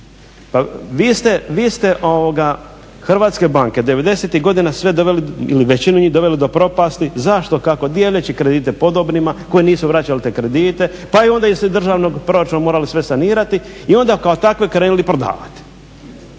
Vi ste hrvatske banke '90.-ih godina sve doveli ili većinu njih doveli do propasti. Zašto, kako, dijeleći kredite podobnima koji nisu vraćali te kredite pa je onda iz državnog proračuna moralo sve sanirati i onda kao takve krenuli prodavati.